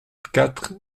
quatre